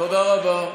תודה רבה.